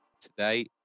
today